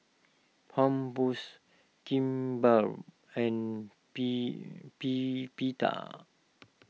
Kimbap and P P Pita